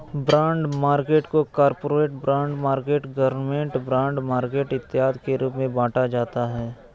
bond market को corporate bond market government bond market इत्यादि के रूप में बांटा जाता है